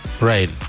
Right